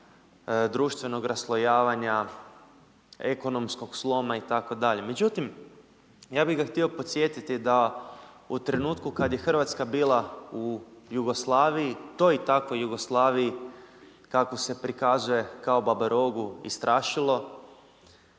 društvenog raslojavanja, ekonomskog sloma itd.. Međutim, ja bih ga htio podsjetiti da u trenutku kada je Hrvatska bila u Jugoslaviji, toj i takvoj Jugoslaviji kakvu se prikazuje kao babarogu i strašilo,